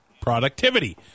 productivity